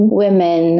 women